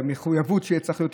במחויבות שצריך להיות,